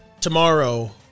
tomorrow